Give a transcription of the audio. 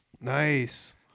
Nice